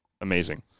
amazing